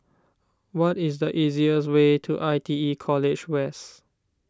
what is the easiest way to I T E College West